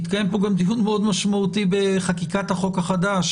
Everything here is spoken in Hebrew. יתקיים פה דיון מאוד משמעותי בחקיקת החוק החדש,